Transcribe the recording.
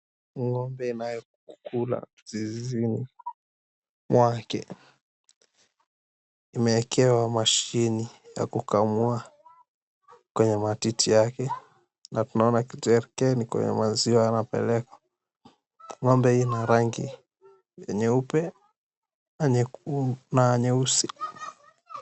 Ng'ombe inayo kukula zizini mwake. Imewekewa mashini ya kukamua kwenye matiti yake na tunaona kwenye maziwa yanapelekwa. Ng'ombe hii ina rangi nyeupe na nyeusi.